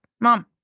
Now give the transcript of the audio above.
mom